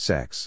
Sex